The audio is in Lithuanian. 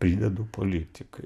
pridedu politikai